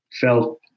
felt